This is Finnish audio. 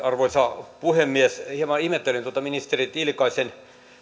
arvoisa puhemies hieman ihmettelen tuota ministeri tiilikaisen